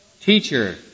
Teacher